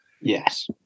Yes